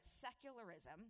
secularism